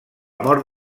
mort